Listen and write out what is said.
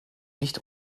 nicht